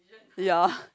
ya